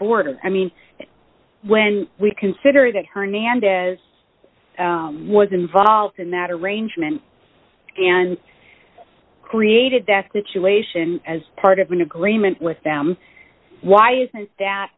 border i mean when we consider that hernandez was involved in that arrangement and created that situation as part of an agreement with them why isn't that